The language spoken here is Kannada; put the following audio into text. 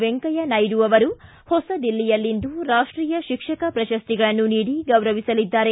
ವೆಂಕಯ್ಯ ನಾಯ್ದು ಅವರು ಹೊಸದಿಲ್ಲಿಯಲ್ಲಿಂದು ರಾಷ್ಟೀಯ ಶಿಕ್ಷಕ ಪ್ರಶಸ್ತಿಗಳನ್ನು ನೀಡಿ ಗೌರವಿಸಲಿದ್ದಾರೆ